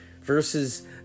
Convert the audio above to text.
Versus